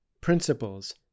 Principles